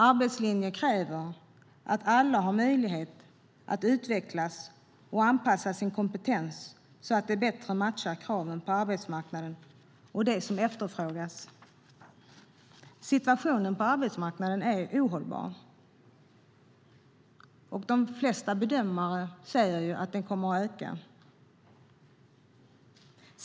Arbetslinjen kräver att alla ges möjlighet att utvecklas och anpassa sin kompetens så att den bättre matchar kraven på arbetsmarknaden och det som efterfrågas. Situationen på arbetsmarknaden är ohållbar. De flesta bedömare säger att arbetslösheten kommer att öka.